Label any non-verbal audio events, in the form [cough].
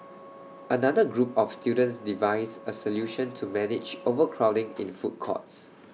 [noise] another group of students devised A solution to manage overcrowding in food courts